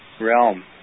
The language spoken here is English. realm